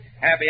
Happy